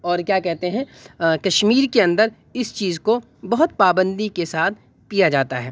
اور کیا کہتے ہیں کشمیر کے اندر اس چیز کو بہت پابندی کے ساتھ پیا جاتا ہے